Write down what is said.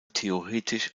theoretisch